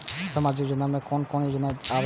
सामाजिक योजना में कोन कोन योजना आबै छै?